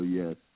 yes